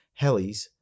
helis